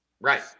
Right